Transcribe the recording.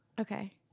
Okay